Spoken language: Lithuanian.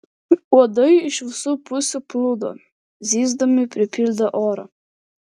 uodai iš visų pusių plūdo zyzdami pripildė orą